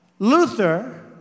Luther